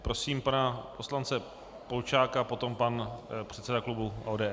Prosím pana poslance Polčáka, potom pan předseda klubu ODS.